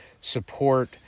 support